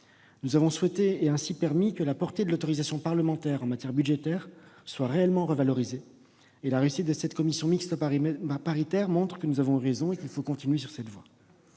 Nous avons souhaité et permis que la portée de l'autorisation parlementaire en matière budgétaire soit réellement revalorisée. La réussite de cette commission mixte paritaire montre que nous avons eu raison et qu'il faut continuer dans cette voie.